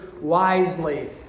wisely